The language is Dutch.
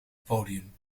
podium